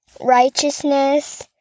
righteousness